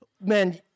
Man